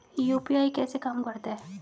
UPI कैसे काम करता है?